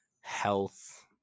health